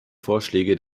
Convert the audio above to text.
vorschläge